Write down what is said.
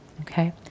Okay